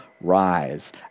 rise